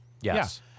Yes